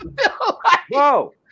Whoa